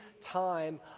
time